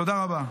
תודה רבה.